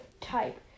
type